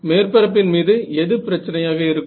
மேற்பரப்பின் மீது எது பிரச்சினையாக இருக்கும்